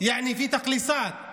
היא חזקה על החלשים,